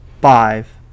five